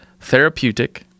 Therapeutic